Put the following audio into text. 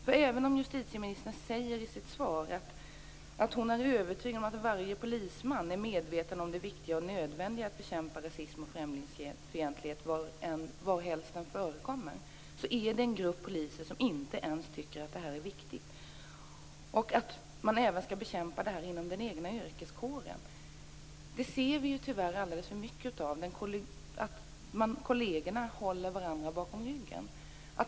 För även om justitieministern säger i sitt svar att hon är övertygad om att varje polisman är medveten om det viktiga och nödvändiga i att bekämpa rasism och främlingsfientlighet varhelst den förekommer, finns det en grupp poliser som inte ens tycker att det här är viktigt och som inte tycker att man skall bekämpa det här även inom den egna yrkeskåren. Det ser vi tyvärr alldeles för mycket av. Kollegerna håller varandra om ryggen.